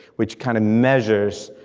which kind of measures